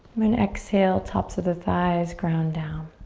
then exhale, tops of the thighs, ground down.